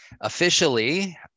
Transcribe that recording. officially